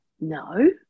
no